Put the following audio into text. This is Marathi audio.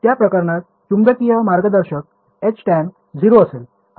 त्या प्रकरणात चुंबकीय मार्गदर्शक Htan 0 असेल